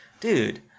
Dude